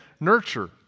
nurture